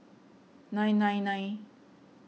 nine nine nine